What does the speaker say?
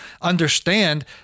understand